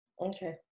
Okay